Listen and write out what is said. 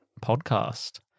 podcast